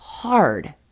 hard